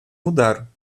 mudaram